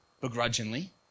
begrudgingly